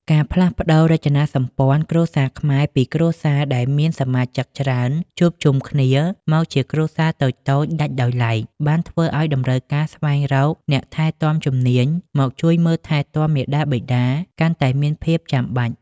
ការផ្លាស់ប្តូររចនាសម្ព័ន្ធគ្រួសារខ្មែរពីគ្រួសារដែលមានសមាជិកច្រើនជួបជុំគ្នា មកជាគ្រួសារតូចៗដាច់ដោយឡែក បានធ្វើឱ្យតម្រូវការស្វែងរកអ្នកថែទាំជំនាញមកជួយមើលថែមាតាបិតាកាន់តែមានភាពចាំបាច់។